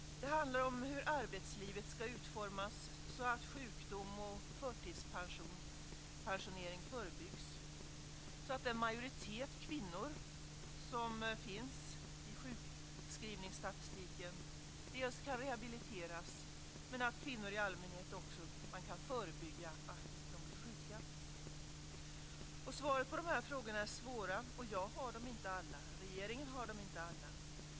Det handlar om hur arbetslivet ska utformas så att sjukdom och förtidspensionering förebyggs och så att den majoritet kvinnor som finns i sjukskrivningsstatistiken kan rehabiliteras, men också om att man kan förebygga att kvinnor i allmänhet blir sjuka. Svaren på de här frågorna är svåra. Jag har dem inte alla, och regeringen har dem inte alla.